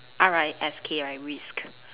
R I S K right risk